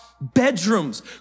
bedrooms